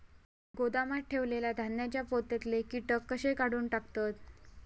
गोदामात ठेयलेल्या धान्यांच्या पोत्यातले कीटक कशे काढून टाकतत?